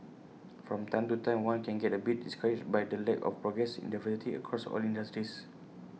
from time to time one can get A bit discouraged by the lack of progress in diversity across all industries